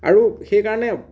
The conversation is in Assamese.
আৰু সেইকাৰণে